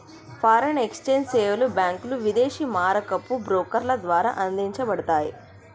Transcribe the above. foreign exchange సేవలు బ్యాంకులు, విదేశీ మారకపు బ్రోకర్ల ద్వారా అందించబడతయ్